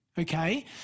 Okay